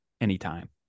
Anytime